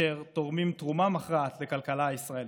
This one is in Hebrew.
אשר תורמים תרומה מכרעת לכלכלה הישראלית.